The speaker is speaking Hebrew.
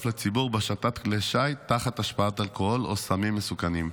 לציבור מהשטת כלי שיט תחת השפעת אלכוהול או סמים מסוכנים.